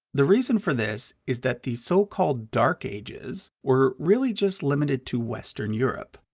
the reason for this is that the so-called dark ages were really just limited to western europe.